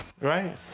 right